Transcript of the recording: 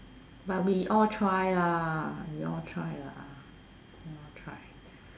but we all try lah we all try lah we all try